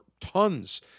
tons